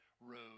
road